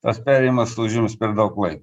tas perėjimas užims per daug laiko